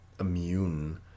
immune